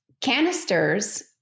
Canisters